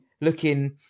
looking